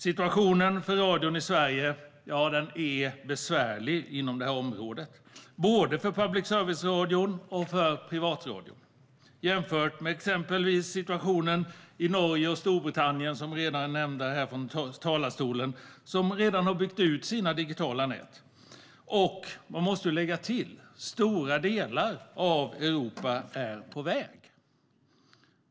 Situationen för radion i Sverige är besvärlig inom det här området, både för public service-radion och för privatradion, jämfört med exempelvis situationen i Norge och Storbritannien, som har nämnts här i talarstolen, som redan har byggt ut sina digitala nät. Och man måste lägga till att stora delar av Europa är på väg.